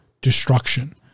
destruction